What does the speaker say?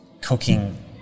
cooking